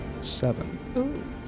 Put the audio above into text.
seven